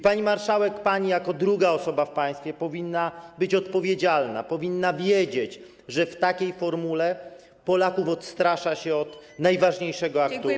Pani marszałek, pani jako druga osoba w państwie powinna być odpowiedzialna, powinna wiedzieć, że w takiej formule Polaków odstrasza się od najważniejszego aktu wyborczego.